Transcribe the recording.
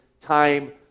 time